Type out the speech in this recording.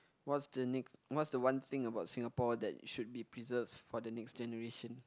what's the next what's the one thing about Singapore that should be preserved for the next generation